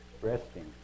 resting